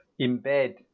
embed